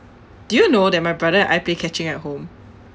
do you know that my brother and I play catching at home